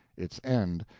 its end,